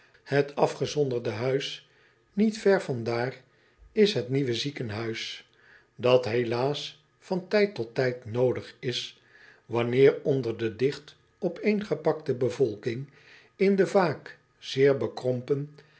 et afgezonderde huis niet ver van daar is het nieuwe ziekenhuis dat helaas van tijd tot tijd noodig is wanneer onder de digt opeengepakte bevolking in de vaak zeer bekrompen